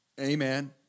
amen